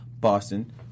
Boston